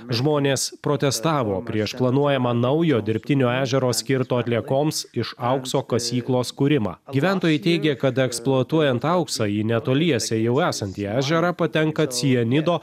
žmonės protestavo prieš planuojamą naujo dirbtinio ežero skirto atliekoms iš aukso kasyklos kūrimą gyventojai teigė kad eksploatuojant auksą į netoliese jau esantį ežerą patenka cianido